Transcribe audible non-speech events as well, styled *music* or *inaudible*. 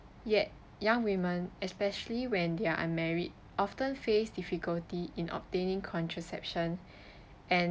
yet young women especially when they are unmarried often face difficulty in obtaining contraception *breath* and